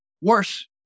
Worse